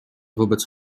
wobec